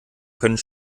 können